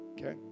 Okay